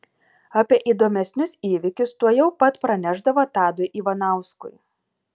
apie įdomesnius įvykius tuojau pat pranešdavo tadui ivanauskui